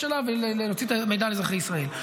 אליו ולהוציא את המידע על אזרחי ישראל.